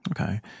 Okay